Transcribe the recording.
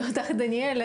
ואותך דניאל,